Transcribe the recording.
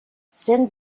send